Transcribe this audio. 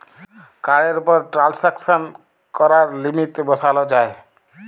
কাড়ের উপর টেরাল্সাকশন ক্যরার লিমিট বসাল যায়